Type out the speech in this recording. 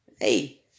hey